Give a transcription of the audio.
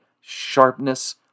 sharpness